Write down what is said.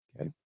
okay